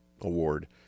award